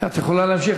את יכולה להמשיך.